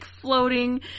floating